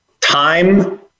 Time